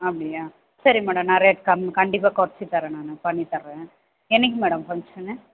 அப்படியா சரி மேடம் நான் ரேட் கம் கண்டிப்பாக குறைச்சி தரேன் நானும் பண்ணி தரேன் என்றைக்கி மேடம் ஃபங்க்ஷன்னு